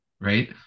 Right